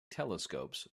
telescopes